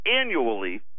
annually